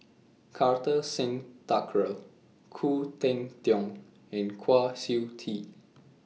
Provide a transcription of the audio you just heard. Kartar Singh Thakral Khoo Cheng Tiong and Kwa Siew Tee